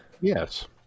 Yes